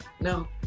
no